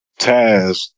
Taz